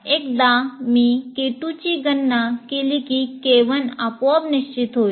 एकदा मी K 2 ची गणना केली की के 1 आपोआप निश्चित होईल